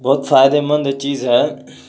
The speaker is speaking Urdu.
بہت فائدے مند چیز ہیں